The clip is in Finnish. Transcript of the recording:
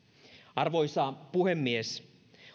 arvoisa puhemies